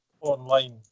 online